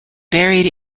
buried